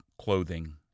clothing